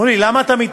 מי זה